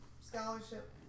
scholarship